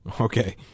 Okay